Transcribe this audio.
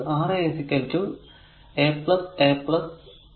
നമുക്ക് Ra a a a R a R a a a